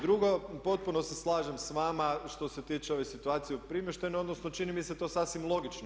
Drugo, potpuno se slažem sa vama što se tiče ove situacije u Primoštenu, odnosno čini mi se to sasvim logično.